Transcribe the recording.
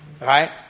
right